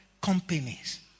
companies